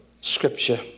scripture